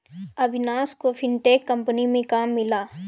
अविनाश को fintech company में काम मिला है